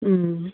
ꯎꯝ